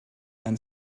and